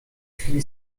chwili